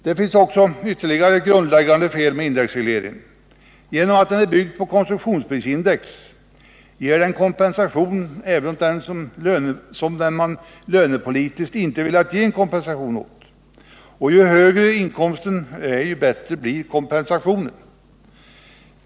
Det finns ytterligare ett grundläggande fel med indexregleringen. Genom att den är uppbyggd på konsumentprisindex ger den kompensation även åt den som man lönepolitiskt inte velat ge kompensation, och ju högre inkomsten är desto bättre blir kompensationen.